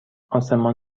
آسمان